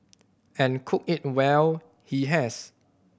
and cook it well he has